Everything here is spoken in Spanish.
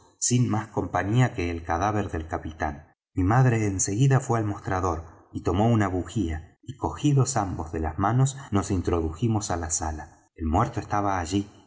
sin más compañía que el cadáver del capitán mi madre enseguida fué al mostrador y tomó una bugía y cogidos ambos de las manos nos introdujimos á la sala el muerto estaba allí